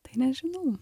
tai nežinau